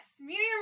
medium